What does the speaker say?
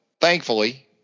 thankfully